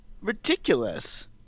ridiculous